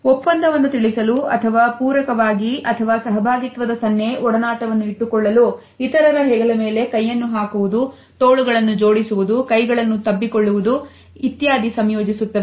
ಒಪ್ಪಂದವನ್ನು ತಿಳಿಸಲು ಅಥವಾ ಪೂರಕವಾಗಿ ಅಥವಾ ಸಹಭಾಗಿತ್ವದ ಸನ್ನೆ ಒಡನಾಟವನ್ನು ಇಟ್ಟುಕೊಳ್ಳಲು ಇತರರ ಹೆಗಲ ಮೇಲೆ ಕೈಯನ್ನು ಹಾಕುವುದು ತೋಳುಗಳನ್ನು ಜೋಡಿಸುವುದು ಕೈಗಳನ್ನು ತಬ್ಬಿಕೊಳ್ಳುವುದು ಇತ್ಯಾದಿ ಸಂಯೋಜಿಸುತ್ತವೆ